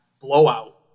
blowout